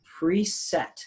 preset